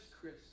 Chris